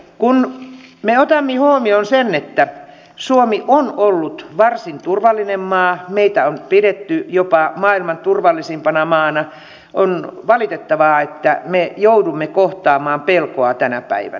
kun me otamme huomioon sen että suomi on ollut varsin turvallinen maa meitä on pidetty jopa maailman turvallisimpana maana on valitettavaa että me joudumme kohtaamaan pelkoa tänä päivänä